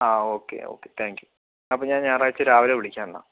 ആ okay okay thank you അപ്പോൾ ഞാൻ ഞായറാഴ്ച രാവിലെ വിളിക്കാം എന്നാൽ